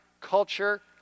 culture